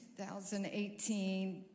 2018